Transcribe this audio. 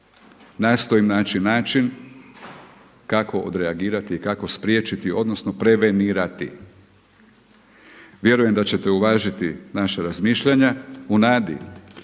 Nastojim naći način kako odreagirati i kako spriječiti odnosno prevenirati. Vjerujem da ćete uvažiti naša razmišljanja. U nadi